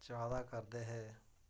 चाह् दा करदे हे